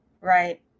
right